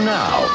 now